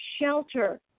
shelter